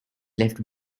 left